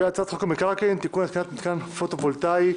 והצעת חוק המקרקעין (תיקון - התקנת מתקן פוטו וולטאי),